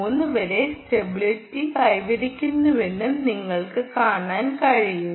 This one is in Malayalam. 3 വരെ സ്റ്റെബിലിറ്റി കൈവരിക്കുന്നുവെന്നും നിങ്ങൾക്ക് കാണാൻ കഴിയും